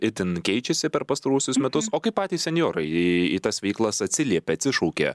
itin keičiasi per pastaruosius metus o kaip patys senjorai į į tas veiklas atsiliepia atsišaukia